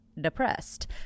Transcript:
depressed